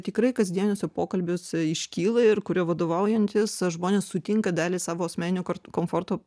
tikrai kasdieniuose pokalbiuose iškyla ir kuriuo vadovaujantis žmonės sutinka dalį savo asmeninio komforto